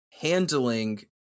handling